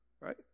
right